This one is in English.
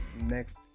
next